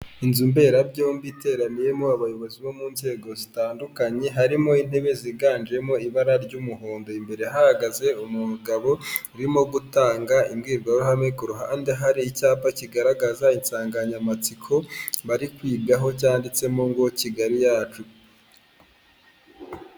Inzu mberabyombi iteraniyemo abayobozi bo mu nzego zitandukanye, harimo intebe ziganjemo ibara ry'umuhondo, imbere hahagaze umugabo urimo gutanga imbwirwaruhame, ku ruhande hari icyapa kigaragaza insanganyamatsiko bari kwigaho cyanditsemo ngo Kigali yacu.